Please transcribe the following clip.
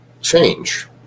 change